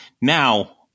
now